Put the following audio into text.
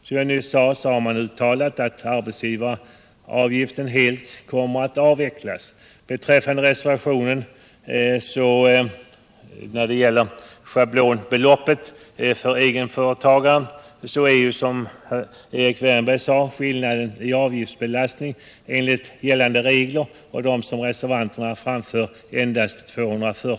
Som jag nyss sade har utskottet uttalat att arbetsgivaravgiften skall av vecklas helt.